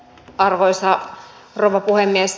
arvoisa rouva puhemies